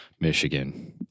Michigan